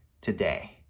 today